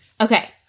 Okay